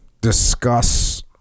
discuss